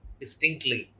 distinctly